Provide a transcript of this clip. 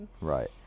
Right